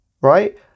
right